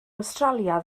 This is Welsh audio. awstralia